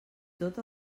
tot